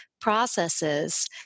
processes